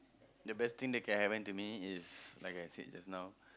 the best thing that can happen to me is like I said just now